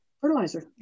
fertilizer